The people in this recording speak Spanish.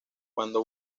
cuando